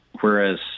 Whereas